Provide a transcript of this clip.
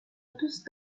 دوست